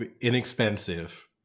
inexpensive